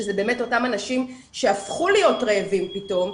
שזה באמת אנשים שהפכו להיות רעבים פתאום,